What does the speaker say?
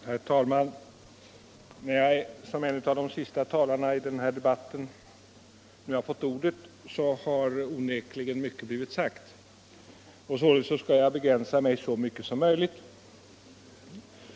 Herr talman! När jag som en av de sista talarna i den här debatten nu har fått ordet har onekligen mycket blivit sagt. Således skall jag begränsa mig så mycket som möjligt.